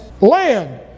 land